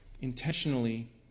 intentionally